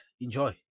enjoy